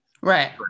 right